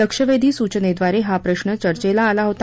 लक्षवेधी सूचनेद्वारे हा प्रश्न चर्चेला आला होता